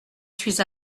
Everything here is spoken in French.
suis